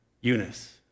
Eunice